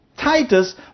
Titus